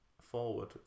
forward